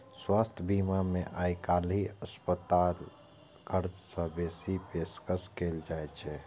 स्वास्थ्य बीमा मे आइकाल्हि अस्पतालक खर्च सं बेसी के पेशकश कैल जाइ छै